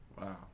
Wow